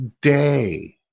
day